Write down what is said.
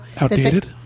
Outdated